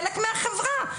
חלק מהחברה.